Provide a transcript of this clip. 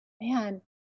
Man